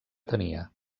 tenia